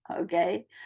okay